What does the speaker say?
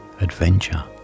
adventure